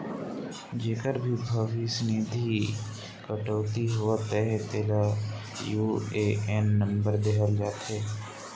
जेकर भी भविस निधि कटउती होवत अहे तेला यू.ए.एन नंबर देहल जाथे